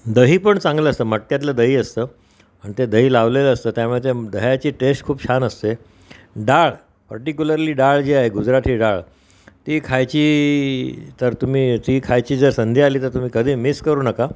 दही पण चांगलं असतं मटक्यातलं दही असतं आणि ते दही लावलेलं असतं त्यामुळे त्या दह्याची टेस्ट खूप छान असते डाळ पर्टिक्युलरली डाळ जी आहे गुजराथी डाळ ती खायची तर तुम्ही ती खायची जर संधी आली तर तुम्ही कधी मिस करू नका